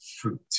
fruit